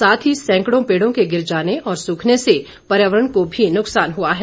साथ ही सैकड़ों पेड़ों के गिर जाने और सूखने से पर्यावरण को भी नुकसान हुआ है